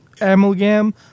amalgam